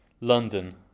London